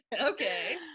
Okay